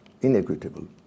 inequitable